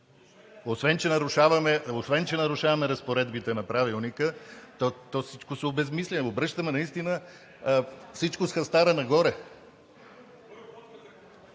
Освен че нарушаваме разпоредбите на Правилника, то всичко се обезсмисля. Обръщаме наистина всичко с хастара нагоре.